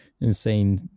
insane